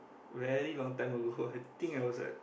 very long time ago I think was like